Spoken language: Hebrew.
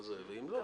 ואם לא,